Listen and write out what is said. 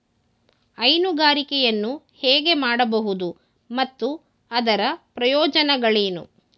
ಹೈನುಗಾರಿಕೆಯನ್ನು ಹೇಗೆ ಮಾಡಬಹುದು ಮತ್ತು ಅದರ ಪ್ರಯೋಜನಗಳೇನು?